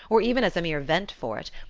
or even as a mere vent for it,